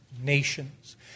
nations